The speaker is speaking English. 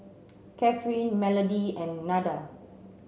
Cathryn Melodee and Nada